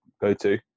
go-to